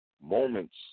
Moments